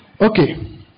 Okay